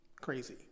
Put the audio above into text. crazy